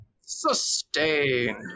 Sustain